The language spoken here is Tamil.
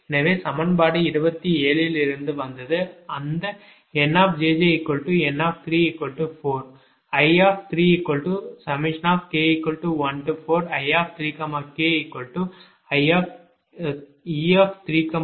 எனவே சமன்பாடு 27 இலிருந்து வந்தது அந்த NjjN34